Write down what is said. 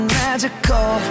magical